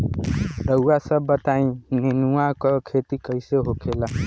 रउआ सभ बताई नेनुआ क खेती कईसे होखेला?